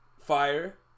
Fire